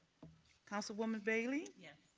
councilwoman bailey. yes.